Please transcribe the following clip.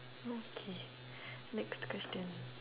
okay next question